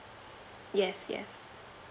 yes yes